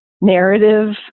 narrative